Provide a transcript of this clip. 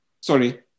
Sorry